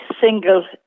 single